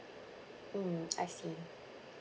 mm I see